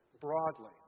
broadly